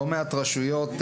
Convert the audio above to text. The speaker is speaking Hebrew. לא מעט רשויות,